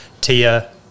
Tia